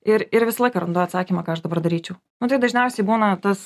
ir ir visą laiką randu atsakymą ką aš dabar daryčiau nu tai dažniausiai būna tas